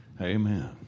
Amen